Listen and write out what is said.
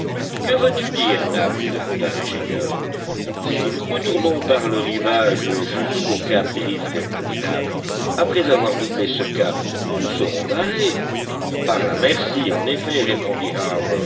que veux-tu dire nab lui demanda l'ingénieur si nous retournons par le rivage jusqu'au cap griffe répondit nab après avoir doublé ce cap nous serons barrés par la mercy en effet répondit